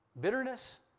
Bitterness